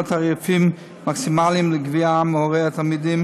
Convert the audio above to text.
תעריפים מקסימליים לגבייה מהורי התלמידים